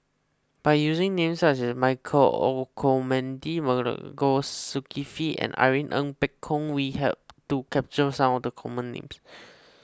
by using names such as Michael Olcomendy Masagos Zulkifli and Irene Ng Phek Hoong we hope to capture some of the common names